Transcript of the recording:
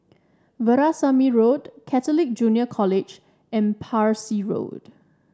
Veerasamy Road Catholic Junior College and Parsi Road